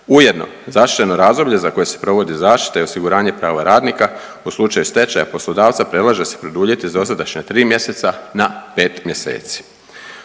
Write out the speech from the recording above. Ujedno zaštićeno razdoblje za koje se provodi zaštita i osiguranje prava radnika u slučaju stečaja poslodavca predlaže se produljiti s dosadašnja 3 mjeseca na 5 mjeseci.